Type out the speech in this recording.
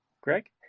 Greg